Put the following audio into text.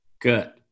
Good